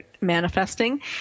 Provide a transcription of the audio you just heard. manifesting